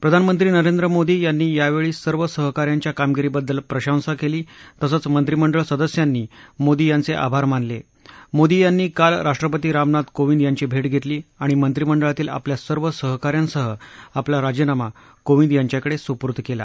प्रधानमंत्री नरेंद्र मोदी यांनी यावेळी सर्व सहकाऱ्यांच्या कामगिरीबद्दल प्रशंसा केली तसंच मंत्रिमंडळ सदस्यांनी मोदी यांचे आभार मानले मोदी यांनी काल राष्ट्रपती रामनाथ कोविंद यांची भेट घेतली आणि मंत्रिमंडळातील आपल्या सर्व सहकाऱ्यांसह आपला राजीनामा कोविंद यांच्याकडे सुपूई केला